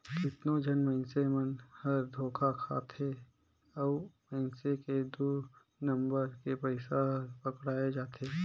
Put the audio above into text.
कतनो झन मइनसे मन हर धोखा खाथे अउ मइनसे के दु नंबर के पइसा हर पकड़ाए जाथे